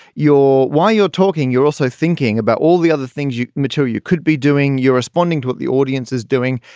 your why you're talking you're also thinking about all the other things you mature. you could be doing. you're responding to what the audience is doing.